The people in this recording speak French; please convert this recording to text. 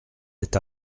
est